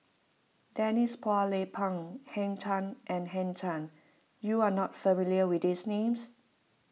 Denise Phua Lay Peng Henn Tan and Henn Tan you are not familiar with these names